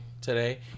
today